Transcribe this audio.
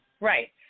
Right